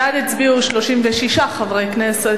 בעד הצביעו 36 חברי כנסת,